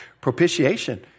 propitiation